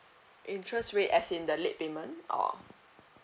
interest rate as in the late payment or